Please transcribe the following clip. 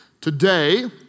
Today